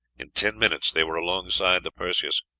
in ten minutes they were alongside the perseus,